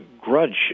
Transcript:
grudge